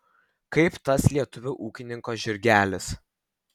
kaip tas lietuvio ūkininko žirgelis